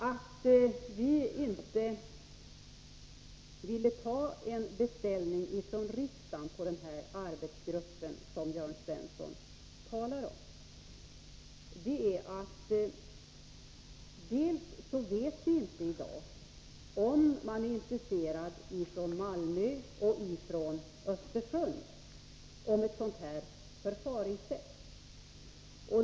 Att vi inte vill göra en beställning från riksdagen på den arbetsgrupp som Jörn Svensson talar om beror delvis på att vi i dag inte vet om man i Malmö och Östersund är intresserad av ett sådant här förfaringssätt.